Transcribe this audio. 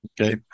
Okay